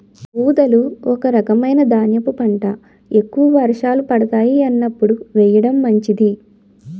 ఊదలు ఒక రకమైన ధాన్యపు పంట, ఎక్కువ వర్షాలు పడతాయి అన్నప్పుడు వేయడం మంచిది